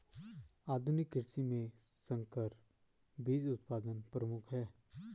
आधुनिक कृषि में संकर बीज उत्पादन प्रमुख है